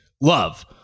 love